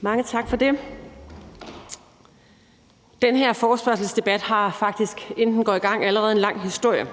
Mange tak for det. Den her forespørgselsdebat har faktisk, inden den går i gang, allerede en lang historie.